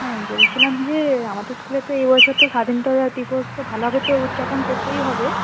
হ্যাঁ বলছিলাম যে আমাদের স্কুলে তো এ বছর তো স্বাধীনতা দিবস তো ভালোভাবে তো উদযাপন করতেই হবে